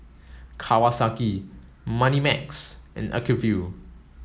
Kawasaki Moneymax and Acuvue